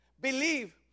Believe